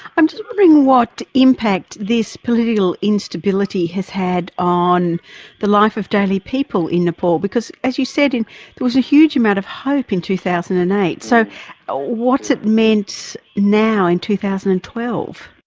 i'm just wondering what impact this political instability has had on the life of daily people in nepal, because, as you said, there was a huge amount of hope in two thousand and eight, so what's it meant now, in two thousand and twelve?